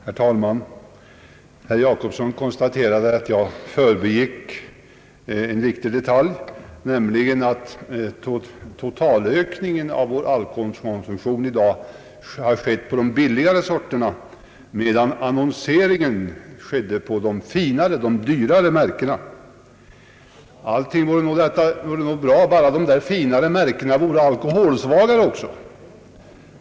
Herr talman! Herr Jacobsson konstaterade att jag förbigick en viktig detalj, nämligen att totalökningen av vår alkoholkonsumtion i dag har gällt de billigare sorterna medan annonseringen skett för de finare, dyrare märkena. Allting vore nog bra bara dessa finare märken vore alkoholsvagare.